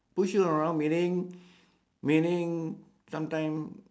push you around meaning meaning sometime